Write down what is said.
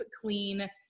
clean